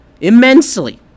immensely